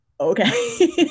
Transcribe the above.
Okay